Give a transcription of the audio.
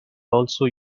also